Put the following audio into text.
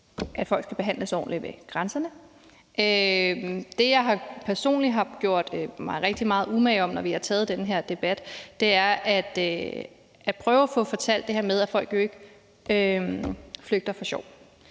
at folk skal behandles ordentligt ved grænserne. Det, jeg personligt har gjort mig rigtig meget umage med, når vi har taget den her debat, er at prøve at få fortalt det her med, at folk jo ikke flygter for sjov.